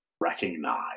recognize